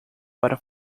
para